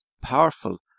powerful